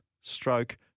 stroke